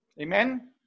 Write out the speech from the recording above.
Amen